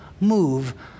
move